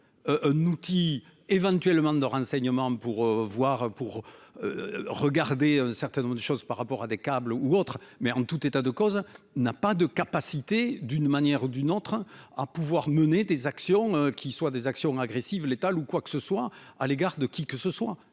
Un outil éventuellement de renseignements pour voir pour. Regarder un certain nombre de choses par rapport à des câbles ou autre, mais en tout état de cause n'a pas de capacité d'une manière ou d'une autre à pouvoir mener des actions qui soient des actions agressives létale ou quoi que ce soit à l'égard de qui que ce soit,